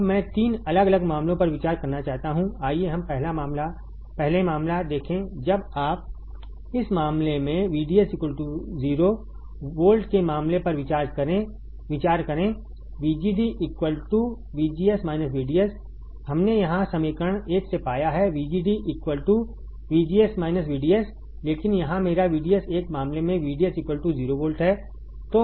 अब मैं 3 अलग अलग मामलों पर विचार करना चाहता हूं आइए हम पहला मामला पहले मामला देखें जब आप इस मामले में VDS 0 वोल्ट के मामले पर विचार करें VGD VGS VDS हमने यहां समीकरण एक से पाया है VGD VGS VDS लेकिन यहाँ मेरा VDS एक मामले में VDS 0 वोल्ट है